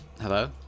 Hello